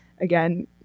again